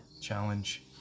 challenge